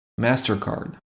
MasterCard